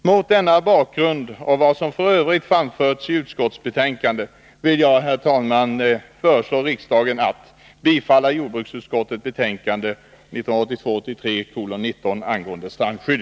Mot denna bakgrund och med hänvisning till vad som f. ö. framförs i utskottsbetänkandet vill jag, herr talman, föreslå riksdagen att bifalla jordbruksutskottets hemställan i dess betänkande 1982/83:19 angående strandskydd.